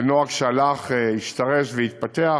שזה נוהג שהלך, השתרש והתפתח,